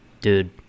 Dude